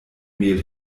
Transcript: mehl